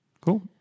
Cool